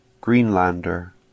Greenlander